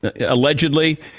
allegedly